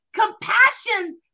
compassions